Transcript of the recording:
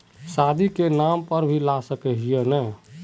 शादी के नाम पर भी ला सके है नय?